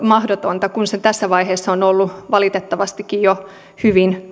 mahdotonta kun se jo tässäkin vaiheessa on ollut valitettavasti hyvin